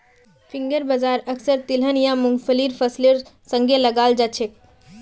finger बाजरा अक्सर तिलहन या मुंगफलीर फसलेर संगे लगाल जाछेक